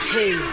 Hey